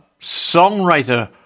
songwriter